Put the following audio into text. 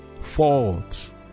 fault